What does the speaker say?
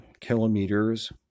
kilometers